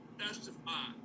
testify